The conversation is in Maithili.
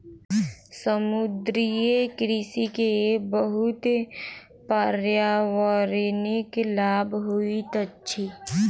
समुद्रीय कृषि के बहुत पर्यावरणिक लाभ होइत अछि